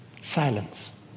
Silence